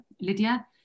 Lydia